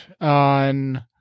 on